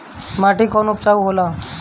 माटी कौन उपजाऊ होला?